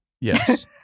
Yes